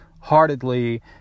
heartedly